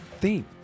theme